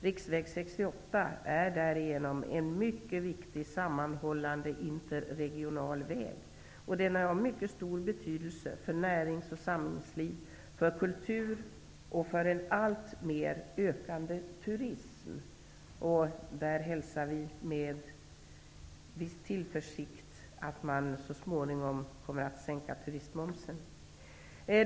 Riksväg 68 är därigenom en mycket viktig sammanhållande interregional väg. Den har mycket stor betydelse för närings och samhällsliv, för kultur och för en alltmer ökande turism. Vi hälsar med tillförsikt att turistmomsen så småningom skall sänkas.